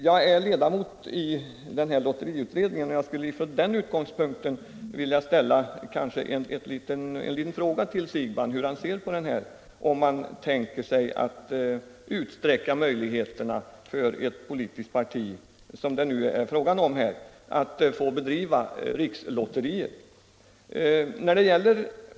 Jag är ledamot i lotteriutredningen och skulle från den utgångspunkten vilja ställa en liten fråga till herr Siegbahn om hur han ser på ett utsträckande av möjligheterna för politiskt parti — som det nu gäller — att anordna rikslotterier.